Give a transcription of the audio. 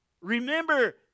Remember